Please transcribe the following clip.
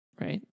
Right